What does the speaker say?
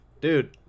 Dude